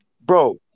bro